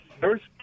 first